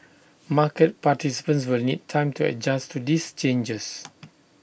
market participants will need time to adjust to these changes